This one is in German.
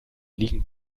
liegen